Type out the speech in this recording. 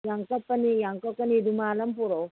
ꯌꯥꯝ ꯀꯞꯀꯅꯤ ꯌꯥꯝ ꯀꯞꯀꯅꯤ ꯔꯨꯃꯥꯟ ꯑꯝ ꯄꯨꯔꯛꯎ